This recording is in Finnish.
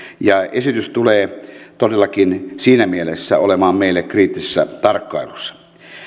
esitys tulee todellakin siinä mielessä olemaan meillä kriittisessä tarkkailussa